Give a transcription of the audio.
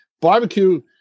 Barbecue